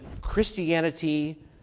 Christianity